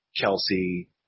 Kelsey